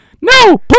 No